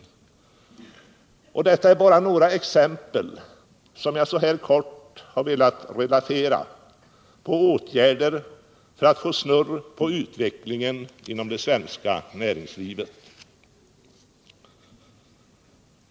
Detta är bara några kortfattat relaterade exempel på åtgärder för att få snurr på utvecklingen inom det svenska näringslivet.